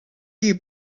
you